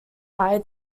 eye